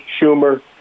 Schumer